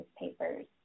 newspapers